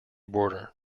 border